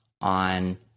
on